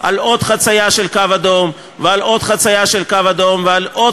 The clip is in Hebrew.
"חיזבאללה" ותתייצב מול מדינות ערב ותבקר